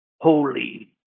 Holy